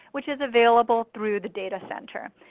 which is available through the data center.